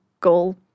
goal